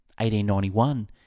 1891